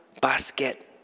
basket